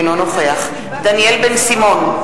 אינו נוכח דניאל בן-סימון,